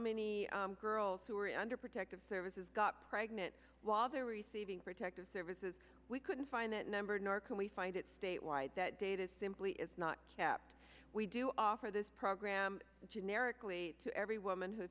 many girls who were under protective services got pregnant while they're receiving protective services we couldn't find that number nor can we find it statewide that data simply is not kept we do offer this program generically to every woman who